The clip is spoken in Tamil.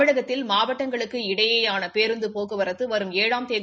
தமிழகத்தில் மாவட்டங்களுக்கு இடையேயான பேருந்து போக்குவரத்து வரும் ஏழாம் தேதி